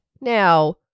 Now